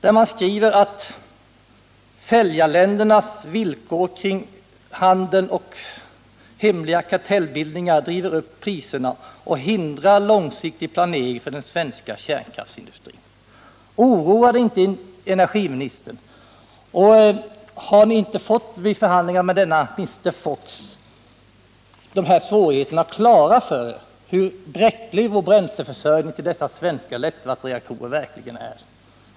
Det heter i Dagens Nyheter: ”Säljarländernas villkor kring handeln och hemliga kartellbildningar driver upp priserna och hindrar långsiktig planering för den svenska kärnkraftsindustrin.” Oroar det inte energiministern, och har ni vid förhandlingar med denne Mr. Fox fått svårigheterna klara för er, av vilka framgår hur bräcklig vår bränsleförsörjning till dessa svenska lättvattenreaktorer verkligen är?